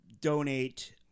donate